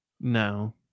No